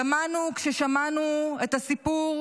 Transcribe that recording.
דמענו כששמענו את הסיפור